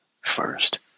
first